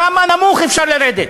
כמה נמוך אפשר לרדת?